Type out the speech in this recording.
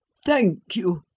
thank you,